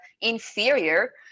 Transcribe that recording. inferior